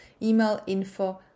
emailinfo